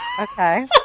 Okay